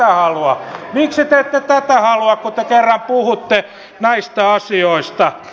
miksi te ette tätä halua kun te kerran puhutte näistä asioista